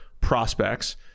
prospects